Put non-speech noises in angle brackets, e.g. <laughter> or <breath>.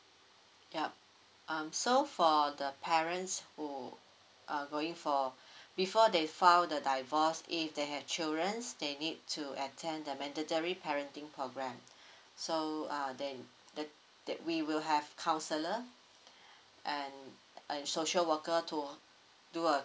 ya um so for the parents who are going for <breath> before they file the divorce if they have children they need to attend the mandatory parenting program <breath> so uh then the that we will have counsellor <breath> and uh social worker to do a